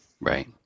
right